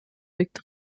birgt